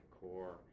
core